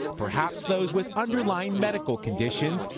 perhaps those with underlying medical conditions,